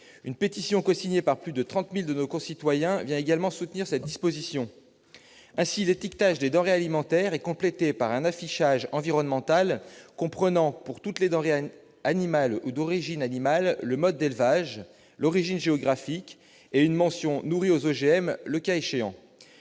Une pétition, cosignée par plus de 30 000 de nos concitoyens, vient également soutenir cette disposition. Ainsi, l'étiquetage des denrées alimentaires est complété par un affichage environnemental comprenant d'une part, pour toutes les denrées animales ou d'origine animale, le mode d'élevage, l'origine géographique ainsi que, le cas échéant,